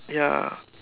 ya